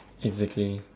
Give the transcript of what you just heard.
exactly